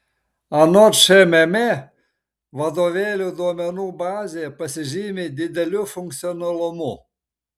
anot šmm vadovėlių duomenų bazė pasižymi dideliu funkcionalumu